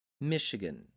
Michigan